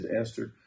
Esther